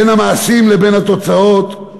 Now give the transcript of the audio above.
בין המעשים לבין התוצאות.